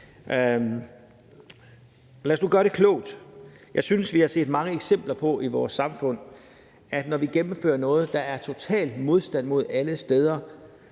Lad os nu gøre det klogt. Jeg synes, vi har set mange eksempler på i vores samfund, at når vi gennemfører noget, der er total modstand mod alle steder,